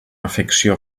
afecció